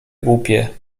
głupie